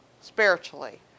spiritually